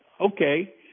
Okay